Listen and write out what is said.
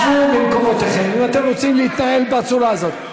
אם אתם רוצים להתנהל בצורה הזאת,